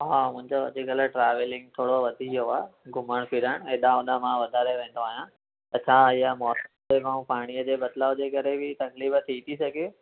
हा मुंहिंजो अॼुकल ट्रावलींग थोरो वधी वियो आहे घुमणु फिरणु हेॾां होॾां मां वधारे वेंदो आहियां त छा इहा मौसम ऐं पाणीअ जे बदिलाव जे करे बि तकलीफ़ थी थी सघे